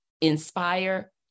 inspire